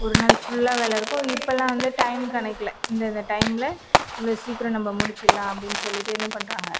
ஒரு நாள் ஃபுல்லாக வேலயிருக்கும் இப்பலாம் வந்து டைம் கணக்கில் இந்தந்த டைமில் இவ்வளோ சீக்கிரம் நம்ம முடிச்சிட்லாம் அப்படின்னு சொல்லிட்டு என்ன பண்றாங்க